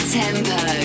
tempo